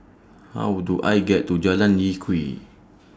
How Do I get to Jalan Lye Kwee